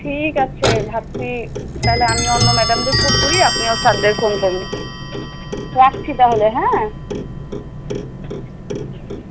ঠিক আছে ভাবছি তাহলে আমি অন্য ম্যাডামদের ফোন করি আপনিও স্যারদের ফোন করুন রাখছি তাহলে হ্যাঁ